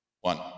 one